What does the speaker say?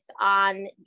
on